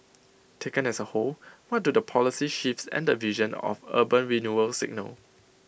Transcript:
taken as A whole what do the policy shifts and the vision of urban renewal signal